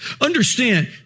Understand